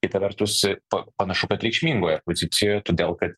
kita vertus pa panašu kad reikšmingoje pozicijoje todėl kad